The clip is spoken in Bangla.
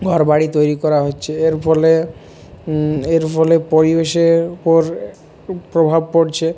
ঘরবাড়ি তৈরি করা হচ্ছে এর ফলে এর ফলে পরিবেশের উপর খুব প্রভাব পড়ছে